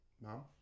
No